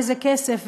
איזה כסף,